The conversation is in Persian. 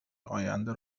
آینده